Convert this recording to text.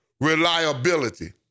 reliability